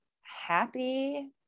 happy